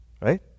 right